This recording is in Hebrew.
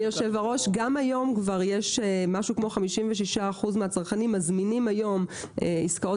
גם היום 56% מהצרכנים מזמינים עסקאות